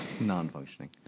Non-functioning